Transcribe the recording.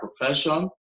profession